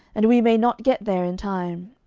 and we may not get there in time